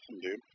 dude